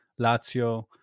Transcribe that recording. Lazio